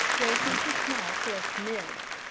break into small crisp nibs.